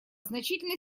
значительной